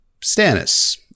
Stannis